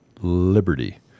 Liberty